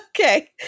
okay